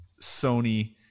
Sony